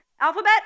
alphabet